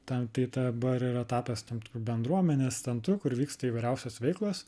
tam tai dabar yra tapęs tam tikru bendruomenės centru kur vyksta įvairiausios veiklos